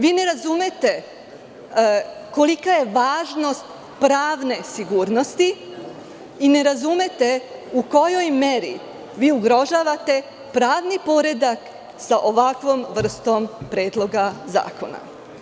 Vi ne razumete kolika je važnost pravne sigurnosti i ne razumete u kojoj meri vi ugrožavate pravni poredak sa ovakvom vrstom predloga zakona.